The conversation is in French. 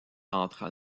entre